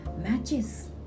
Matches